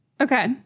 Okay